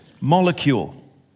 molecule